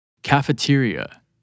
Cafeteria